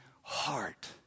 heart